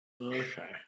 okay